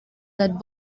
that